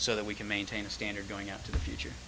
so that we can maintain a standard going out to the future